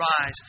rise